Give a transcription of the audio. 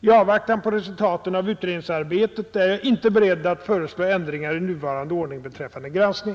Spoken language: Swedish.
I avvaktan på resultaten av utredningsarbetet är jag inte beredd föreslå ändringar i nuvarande ordning beträffande granskning.